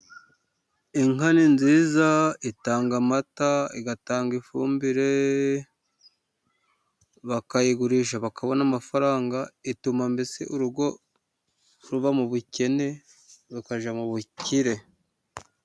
Inka ni nziza itanga amata, igatanga ifumbire, bakayigurisha bakabona amafaranga, ituma mbese urugo ruva mu bukene rukajya mu bukire.